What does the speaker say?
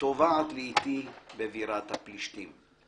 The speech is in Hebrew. טובעת לאיטי בבירת הפלשתים.